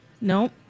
No